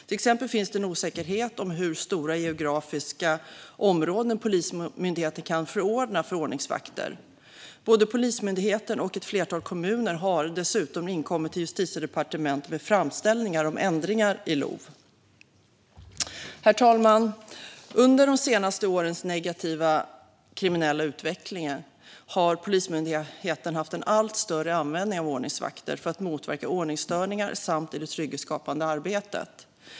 Till exempel finns det osäkerhet i fråga om hur stora geografiska områden som Polismyndigheten kan förordna för ordningsvakter. Både Polismyndigheten och ett flertal kommuner har dessutom inkommit till Justitiedepartementet med framställningar om ändringar i LOV. Herr talman! Under de senaste årens negativa kriminella utveckling har Polismyndigheten haft en allt större användning av ordningsvakter för att motverka ordningsstörningar samt i det trygghetsskapande arbetet.